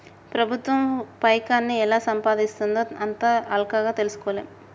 ప్రభుత్వం పైకాన్ని ఎలా సంపాయిస్తుందో అంత అల్కగ తెల్సుకోలేం